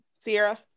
Sierra